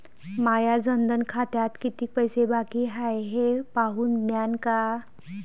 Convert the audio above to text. माया जनधन खात्यात कितीक पैसे बाकी हाय हे पाहून द्यान का?